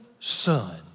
son